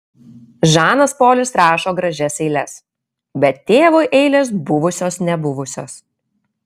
žanas polis rašo gražias eiles bet tėvui eilės buvusios nebuvusios